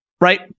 Right